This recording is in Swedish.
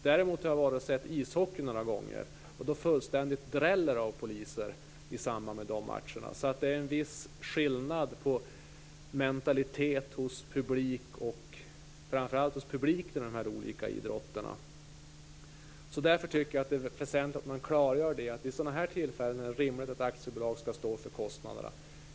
Däremot har jag varit och sett ishockey några gånger, och i samband med de matcherna fullkomligt dräller det av poliser. Det är alltså en viss skillnad på mentalitet hos publiken i de här olika idrotterna. Därför tycker jag att det är väsentligt att klargöra att det vid sådana här tillfällen är rimligt att aktiebolag skall stå för kostnaderna.